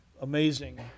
amazing